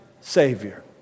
Savior